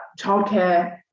childcare